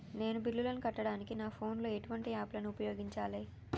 నేను బిల్లులను కట్టడానికి నా ఫోన్ లో ఎటువంటి యాప్ లను ఉపయోగించాలే?